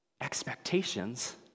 expectations